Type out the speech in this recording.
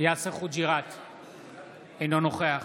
אינו נוכח